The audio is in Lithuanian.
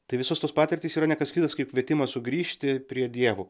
tai visos tos patirtys yra ne kas kitas kaip kvietimas sugrįžti prie dievo